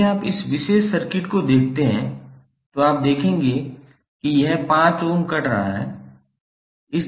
यदि आप इस विशेष सर्किट को देखते हैं तो आप देखेंगे कि यह 5 ओम कट रहा है